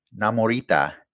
Namorita